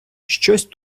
щось